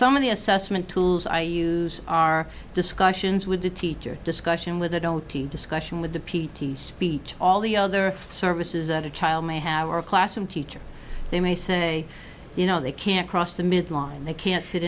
some of the assessment tools i use are discussions with the teacher discussion with the don't discussion with the p t speech all the other services that a child may have or a classroom teacher they may say you know they can't cross the midline they can't sit